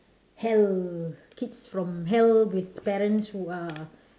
hell kids from hell with parents who are